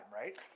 right